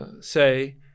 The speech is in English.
say